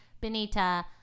benita